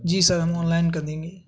جی sir ہم online کر دیں گے